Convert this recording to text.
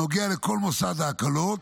הנוגע לכל מוסד ההקלות,